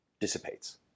dissipates